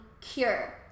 cure